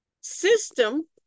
system